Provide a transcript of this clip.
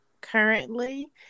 currently